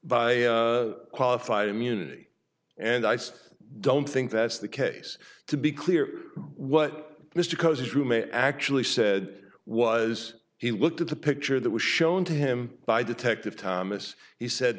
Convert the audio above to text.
by qualified immunity and i sed don't think that's the case to be clear what mr cousins roommate actually said was he looked at the picture that was shown to him by detective thomas he said